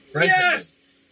Yes